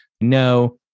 No